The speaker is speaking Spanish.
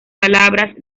palabras